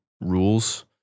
rules